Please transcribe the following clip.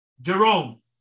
Jerome